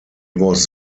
was